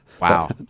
Wow